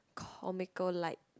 comical like